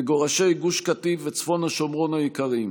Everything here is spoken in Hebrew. מגורשי גוש קטיף וצפון השומרון היקרים,